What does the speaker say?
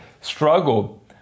struggled